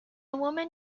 woman